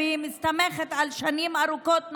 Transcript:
והיא מסתמכת על שנים ארוכות,